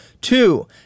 Two